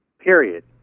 period